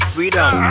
Freedom